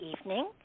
evening